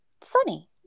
Sunny